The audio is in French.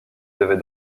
devait